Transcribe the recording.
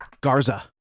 Garza